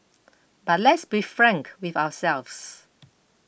but let's be frank with ourselves